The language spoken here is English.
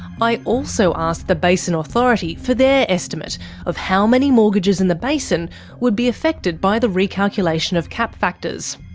i also asked the basin authority for their estimate of how many mortgages in the basin would be affected by the re-calculation of cap factors.